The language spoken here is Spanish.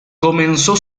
comenzó